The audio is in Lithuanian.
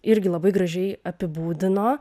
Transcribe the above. irgi labai gražiai apibūdino